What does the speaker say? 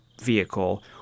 vehicle